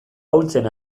ahultzen